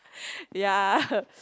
ya